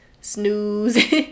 Snooze